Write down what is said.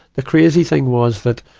the crazy thing was that,